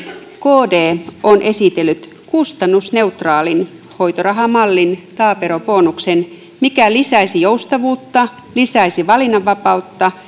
kd on esitellyt kustannusneutraalin hoitorahamallin taaperobonuksen mikä lisäisi joustavuutta lisäisi valinnanvapautta